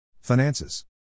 Finances